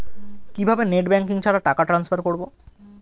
কিভাবে net banking ছাড়া টাকা টান্সফার করব?